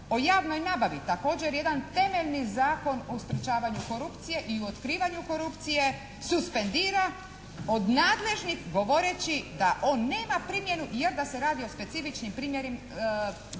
o javnoj nabavi, također jedan temeljni zakon u sprječavanju korupcije i u otkrivanju korupcije suspendira od nadležnih govoreći da on nema primjenu, jer da se radi o specifičnim primjenama